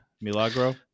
milagro